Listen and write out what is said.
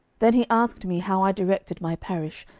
then he asked me how i directed my parish,